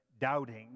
doubting